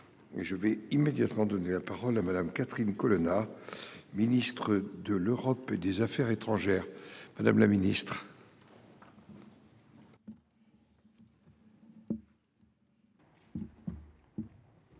je vais immédiatement donner la parole à Madame, Catherine Colonna, ministre de l'Europe et des Affaires étrangères. Madame la Ministre. Vous avez la parole.